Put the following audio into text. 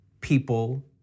people